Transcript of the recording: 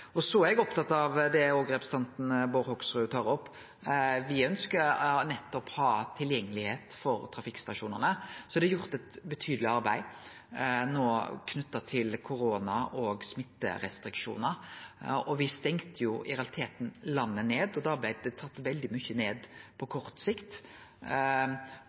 Så er eg opptatt av det representanten Bård Hoksrud også tar opp: Me ønskjer å ha tilgjengelegheit for trafikkstasjonane. Det er gjort eit betydeleg arbeid no knytt til korona og smitterestriksjonar. Me stengde i realiteten landet ned, og da blei det tatt ned veldig mykje på kort sikt.